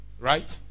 right